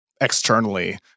externally